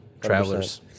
travelers